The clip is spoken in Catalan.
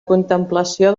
contemplació